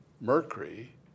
mercury